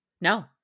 No